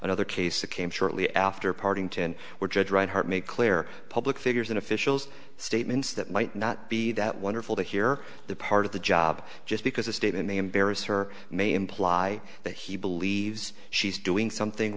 another case that came shortly after partington where judge rinehart made clear public figures and officials statements that might not be that wonderful to hear that part of the job just because a state and they embarrass her may imply that he believes she's doing something